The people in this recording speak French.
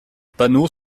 panneaux